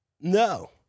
No